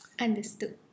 Understood